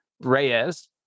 Reyes